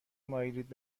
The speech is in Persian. مایلید